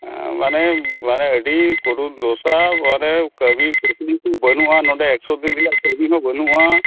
ᱢᱟᱱᱮ ᱢᱟᱱᱮ ᱟᱹᱰᱤ ᱠᱩᱨᱩᱱ ᱫᱚᱥᱟ ᱢᱟᱱᱮ ᱠᱟᱹᱢᱤ ᱠᱟᱹᱥᱢᱤ ᱠᱚ ᱵᱟᱹᱱᱩᱜᱼᱟ ᱱᱚᱸᱰᱮ ᱮᱠᱥᱚ ᱫᱤᱱ ᱨᱮᱭᱟᱜ ᱠᱟᱹᱢᱤ ᱦᱚᱸ ᱵᱟᱹᱱᱩᱜᱼᱟ